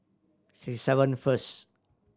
six seven first